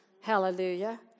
Hallelujah